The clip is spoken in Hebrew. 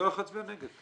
אני הולך להצביע נגד.